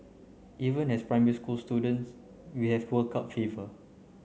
even as primary school students we have World Cup fever